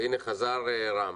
והנה חזר רם.